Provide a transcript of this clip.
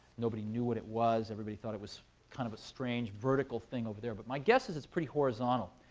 nobody knew what it was, everybody thought it was kind of a strange vertical thing over there. but my guess is it's pretty horizontal.